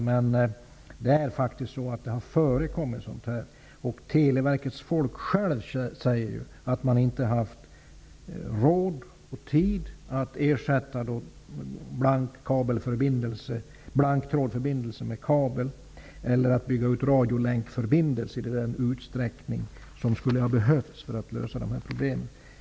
Men sådant här har faktiskt förekommit, och Telias folk säger själva att man inte har haft råd och tid att ersätta blank trådförbindelse med kabel eller att bygga ut radiolänkförbindelser i den utsträckning som skulle ha behövts för att lösa de här problemen.